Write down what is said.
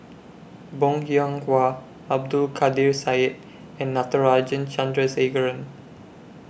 Bong Hiong Hwa Abdul Kadir Syed and Natarajan Chandrasekaran